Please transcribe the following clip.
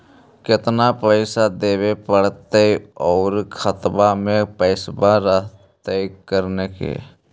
केतना पैसा देबे पड़तै आउ खातबा में पैसबा रहतै करने?